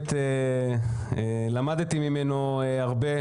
למדתי ממנו הרבה,